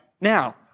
now